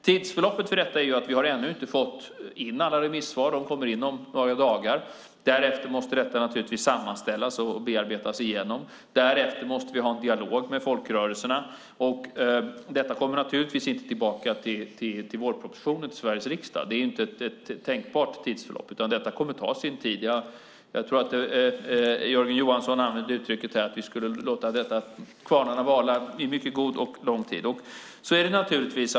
Tidsförloppet för detta är att vi ännu inte har fått in alla remissvar - det blir om några dagar. Därefter måste det hela givetvis sammanställas och arbetas igenom. Sedan måste vi ha en dialog med folkrörelserna. Detta kommer naturligtvis inte tillbaka i vårpropositionen till Sveriges riksdag; det är inte ett tänkbart tidsförlopp, utan detta kommer att ta sin tid. Jag tror att Jörgen Johansson här uttryckte att vi skulle låta kvarnarna mala i mycket god och lång tid. Så är det naturligtvis.